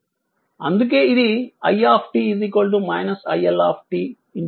అందుకే ఇది i iL 1 1 4 1 5 iL